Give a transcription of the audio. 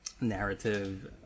narrative